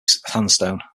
sandstone